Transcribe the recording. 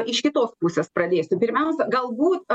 iš kitos pusės pradėsiu pirmiausia galbūt